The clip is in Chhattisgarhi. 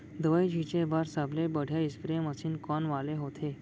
दवई छिंचे बर सबले बढ़िया स्प्रे मशीन कोन वाले होथे?